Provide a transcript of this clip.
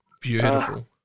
Beautiful